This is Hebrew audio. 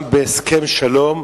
גם בהסכם שלום,